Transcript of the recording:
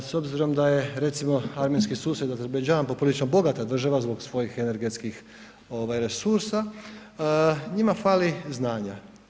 S obzirom da je armenski susjed Azerbajdžan poprilično bogata država zbog svojih energetskih resursa, njima fali znanja.